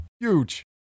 huge